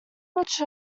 much